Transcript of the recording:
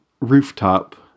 rooftop